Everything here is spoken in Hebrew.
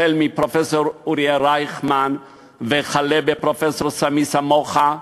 החל בפרופסור אוריאל רייכמן וכלה בפרופסור סמי סמוחה,